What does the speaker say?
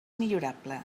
millorable